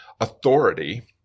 authority